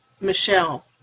Michelle